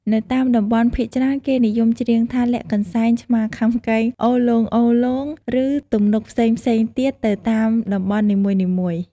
នៅតាមតំបន់ភាគច្រើន គេនិយមច្រៀងថា លាក់កន្សែង ឆ្មាខាំកែង អូសលោងៗ ឬទំនុកផ្សេងៗទៀតទៅតាមតំបន់នីមួយៗ។